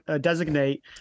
designate